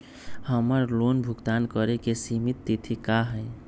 हमर लोन भुगतान करे के सिमित तिथि का हई?